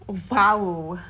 oh !wow!